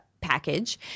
package